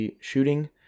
shooting